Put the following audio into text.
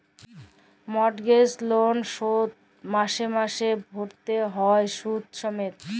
mortgage লল শোধ মাসে মাসে ভ্যইরতে হ্যয় সুদ সমেত